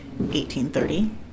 1830